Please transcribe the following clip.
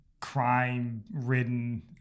crime-ridden